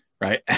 Right